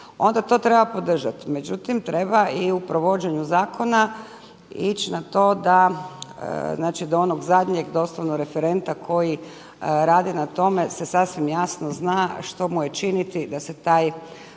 onda to treba podržati. Međutim, treba i u provođenju zakona ići na to da znači do onog zadnjeg doslovno referenta koji radi na tome se sasvim jasno zna što mu je činiti da se taj